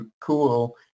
cool